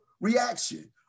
reaction